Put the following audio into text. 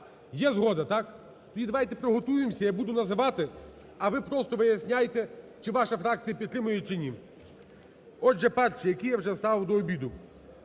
Є згода, так? Давайте приготуємося, я буду називати, а ви просто виясняйте, чи ваша фракція підтримує чи ні. Отже, перший, який я вже ставив до обіду,